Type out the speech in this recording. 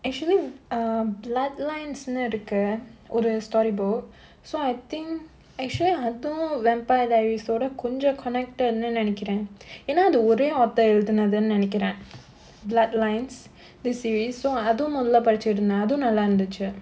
actually err bloodlines இருக்கு ஒரு:irukku oru storybook so I think actually அதும்:athum vampire diaries ஓட கொஞ்ச:oda konja connected நெனைக்குற ஏனா அது ஒரே:nenaikkura yaenaa athu orae author எழுதுனது நெனைக்குற:eluthunathu nenaikkura bloodlines this series so அதும் மொதல்ல படிச்சிட்டு இருந்த அதும் நல்லா இருந்துச்சு:athum modhalla padichittu iruntha athum nallaa irunthuchu